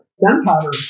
gunpowder